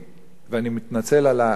ואני מתנצל על ההשוואה,